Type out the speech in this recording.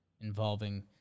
involving